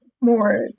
more